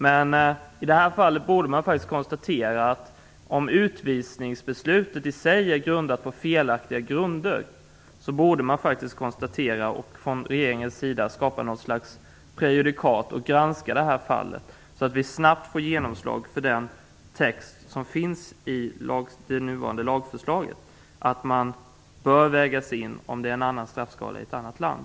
Men i det här fallet borde man konstatera att om utvisningsbeslutet i sig bygger på felaktiga grunder så borde regeringen granska det och skapa något slags prejudikat, så att vi snabbt får genomslag för den text som finns i det här lagförslaget, alltså att man bör väga in om det är en annan straffskala i ett annat land.